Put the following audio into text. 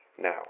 Now